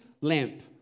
lamp